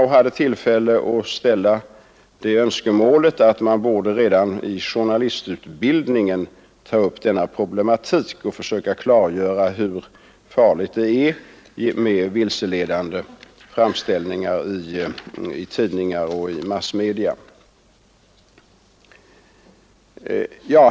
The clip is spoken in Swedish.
Jag hade tillfälle att då framställa önskemålet att man redan i journalistutbildningen tar upp denna problematik och där försöker klargöra hur farligt det är med vilseledande framställningar i tidningar och massmedia.